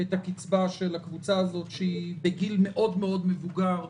את הקצבה של הקבוצה הזאת, שהיא בגיל מבוגר מאוד.